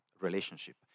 relationship